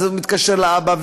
ואתה מתקשר לאבא,